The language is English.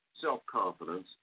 self-confidence